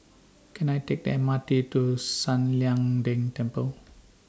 Can I Take The M R T to San Lian Deng Temple